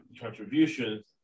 contributions